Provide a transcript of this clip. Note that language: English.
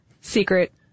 secret